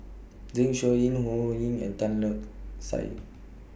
Zeng Shouyin Ho Ho Ying and Tan Lark Sye